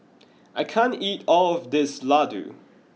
I can't eat all of this Laddu